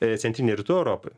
centrinėj rytų europoj